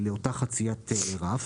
חציית רף.